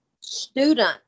student